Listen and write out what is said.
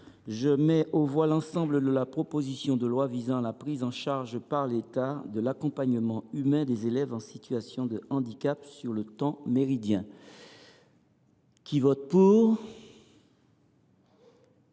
commission, l’ensemble de la proposition de loi visant la prise en charge par l’État de l’accompagnement humain des élèves en situation de handicap sur le temps méridien. Je constate